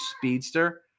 speedster